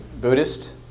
Buddhist